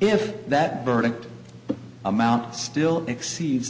if that verdict amount still exceeds